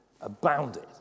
abounded